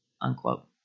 unquote